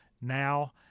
now